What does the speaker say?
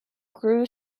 grew